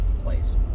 place